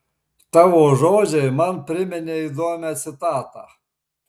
tavo žodžiai man priminė įdomią citatą